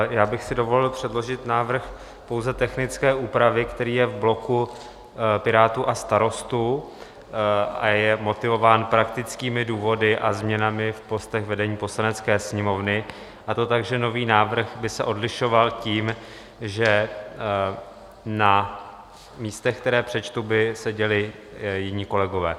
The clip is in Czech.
Já bych si dovolil předložit návrh pouze technické úpravy, který je v bloku Pirátů a Starostů a je motivován praktickými důvody a změnami v postech vedení Poslanecké sněmovny, a to tak, že nový návrh by se odlišoval tím, že na místech, která přečtu, by seděli jiní kolegové.